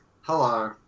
Hello